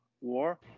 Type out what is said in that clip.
war